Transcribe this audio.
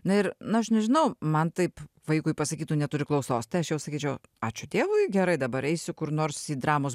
na ir na aš nežinau man taip vaikui pasakytų neturi klausos tai aš jau sakyčiau ačiū dievui gerai dabar eisiu kur nors į dramos